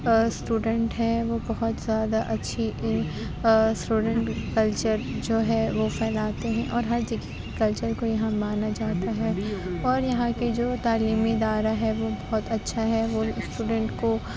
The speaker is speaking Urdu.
اسٹوڈینٹ ہیں وہ بہت زیادہ اچھی اسٹوڈینٹ کلچر جو ہے وہ پھیلاتے ہیں اور ہر جگہ کے کلچر کو یہاں مانا جاتا ہے اور یہاں کے جو تعلیمی ادارہ ہے وہ بہت اچھا ہے وہ اسٹوڈینٹ کو